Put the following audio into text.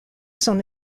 son